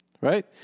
right